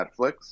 netflix